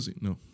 no